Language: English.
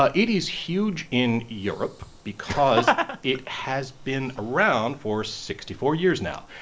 ah it is huge in europe because it has been around for sixty four years now.